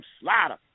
slider